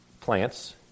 plants